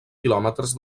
quilòmetres